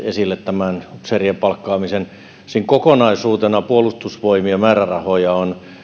esille tämän upseerien palkkaamisen siinä kokonaisuutena puolustusvoimien määrärahoja on